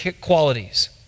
qualities